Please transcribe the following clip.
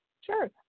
Sure